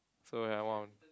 so when I want